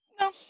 No